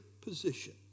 position